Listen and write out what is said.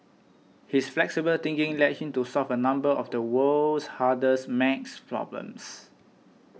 his flexible thinking led him to solve a number of the world's hardest maths problems